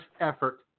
effort